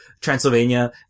Transylvania